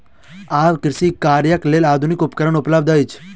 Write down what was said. आब कृषि कार्यक लेल आधुनिक उपकरण उपलब्ध अछि